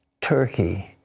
turkey,